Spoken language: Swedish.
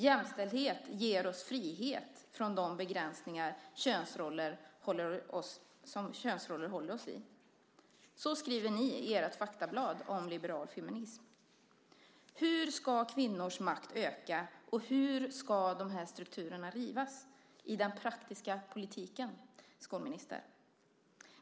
"Jämställdhet ger oss frihet från de begränsningar könsrollerna håller oss i." Så skriver ni i ert faktablad om liberal feminism. Hur ska kvinnors makt öka och hur ska de här strukturerna rivas i den praktiska politiken, skolministern?